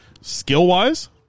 skill-wise